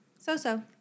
so-so